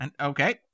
Okay